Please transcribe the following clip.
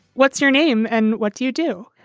what's your name and what do you do?